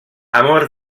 amor